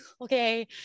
Okay